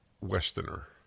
Westerner